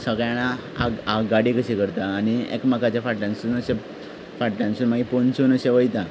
सगळे जाणा आग आगगाडी कशी करता आनी एकमेकाचे फाटल्यानसून अशे फाटल्यानसून मागीर अशे वयता